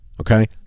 Okay